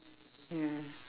ya